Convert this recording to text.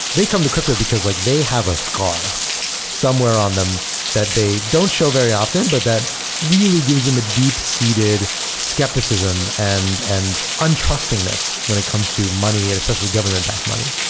they come to crypto because like they have a scar somewhere on them that they don't show very often, but that really gives them a deep seated skepticism and and untrusting this when it comes to money, and especially government backed money.